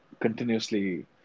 continuously